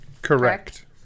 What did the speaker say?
Correct